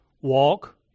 Walk